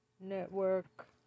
Network